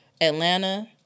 Atlanta –